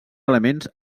elements